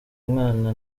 mwana